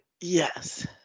Yes